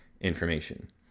information